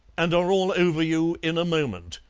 and are all over you in a moment.